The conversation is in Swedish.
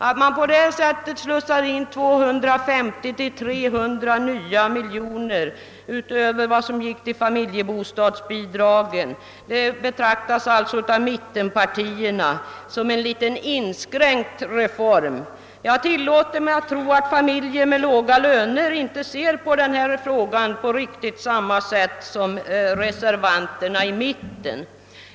Att man på detta sätt slussar in 250 å 300 nya miljoner utöver det:-belopp som gick till familjebostadsbidraget betraktas alltså av mittenpartierna som:en liten, inskränkt reform. Jag tillåter mig att tro, att familjer med låga löner inte ser på denna fråga på riktigt samma sätt som mittenreservanterna.